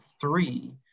three